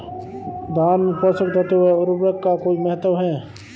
धान में पोषक तत्वों व उर्वरक का कोई महत्व है?